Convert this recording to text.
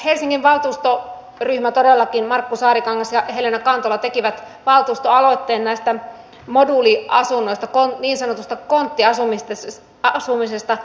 helsingin valtuustoryhmä markku saarikangas ja helena kantola todellakin teki valtuustoaloitteen näistä moduuliasunnoista niin sanotusta konttiasumisesta